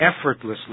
effortlessly